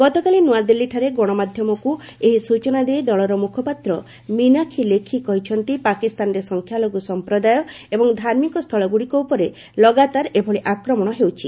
ଗତକାଲି ନୂଆଦିଲ୍ଲୀଠାରେ ଗଣମାଧ୍ୟମକୁ ଏହି ସୂଚନା ଦେଇ ଦଳର ମୁଖପାତ୍ର ମିନାକ୍ଷୀ ଲେଖି କହିଛନ୍ତି ପାକିସ୍ତାନରେ ସଂଖ୍ୟାଲଘୁ ସଂପ୍ରଦାୟ ଏବଂ ଧାର୍ମିକ ସ୍ଥଳଗୁଡ଼ିକ ଉପରେ ଲଗାତାର ଏଭଳି ଆକ୍ରମଣ ହେଉଛି